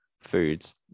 foods